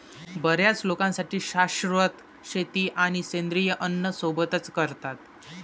बर्याच लोकांसाठी शाश्वत शेती आणि सेंद्रिय अन्न सोबतच करतात